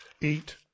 eat